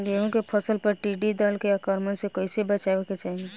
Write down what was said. गेहुँ के फसल पर टिड्डी दल के आक्रमण से कईसे बचावे के चाही?